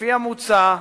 לפי המוצע,